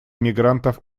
мигрантов